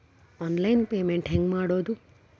Online payment ಹೆಂಗ್ ಮಾಡೋದು?